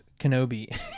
kenobi